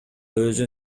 өзүн